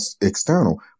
external